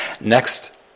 Next